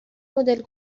مدل